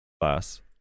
class